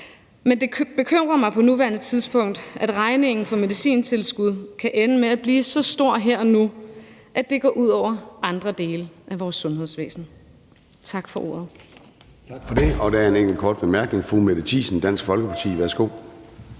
Men det bekymrer mig på nuværende tidspunkt, at regningen for medicintilskud kan ende med at blive så stor her og nu, at det går ud over andre dele af vores sundhedsvæsen. Tak for ordet.